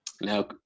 Now